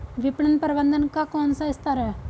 विपणन प्रबंधन का कौन सा स्तर है?